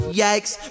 yikes